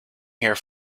here